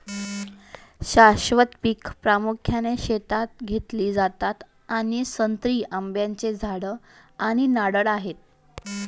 शाश्वत पिके प्रामुख्याने शेतात घेतली जातात आणि संत्री, आंब्याची झाडे आणि नारळ आहेत